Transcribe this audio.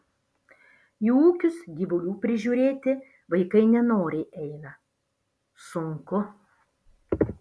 į ūkius gyvulių prižiūrėti vaikai nenoriai eina sunku